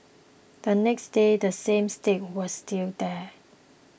the next day the same stick was still there